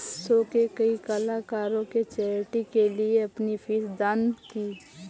show के कई कलाकारों ने चैरिटी के लिए अपनी फीस दान की